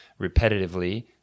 repetitively